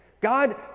God